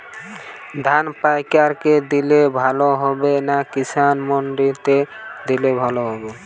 ধান পাইকার কে দিলে ভালো হবে না কিষান মন্ডিতে দিলে ভালো হবে?